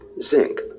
zinc